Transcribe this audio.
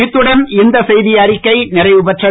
இத்துடன் இந்த செய்தி அறிக்கை நிறைவு பெறுகிறது